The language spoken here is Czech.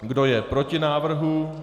Kdo je proti návrhu?